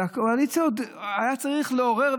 ועוד היה צריך לעורר,